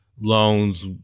loans